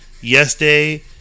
Yesterday